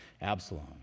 Absalom